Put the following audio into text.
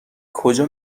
کجا